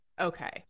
Okay